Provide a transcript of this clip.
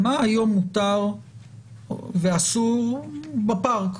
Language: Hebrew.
מה היום מותר ואסור בפארק?